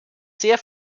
sehr